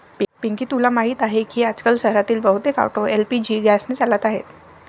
पिंकी तुला माहीत आहे की आजकाल शहरातील बहुतेक ऑटो एल.पी.जी गॅसने चालत आहेत